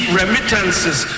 remittances